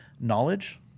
knowledge